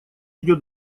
идет